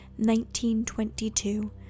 1922